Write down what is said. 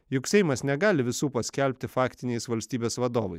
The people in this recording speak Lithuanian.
juk seimas negali visų paskelbti faktiniais valstybės vadovais